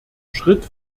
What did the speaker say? schritt